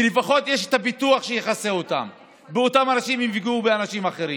כי לפחות יש ביטוח שיכסה אותם אם אותם אנשים יפגעו באנשים אחרים.